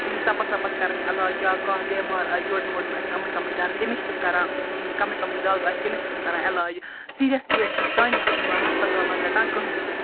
یِم تَپَس وَپَس کَران علاج یا کانٛہہ بیٚمار آسہِ جوڑن ووڑن آسہِ کمٕے کمٕے درد تٔمِس چھِ تِم کَران کمٕے کمٕے دَگ آسہِ تٔمِس چھِ تِم کَران علاج سیریَس کیس چھِ نہٕ سانہِ ہَسپَتال مَنٛز رَٹان کٕہٕنٛۍ تہِ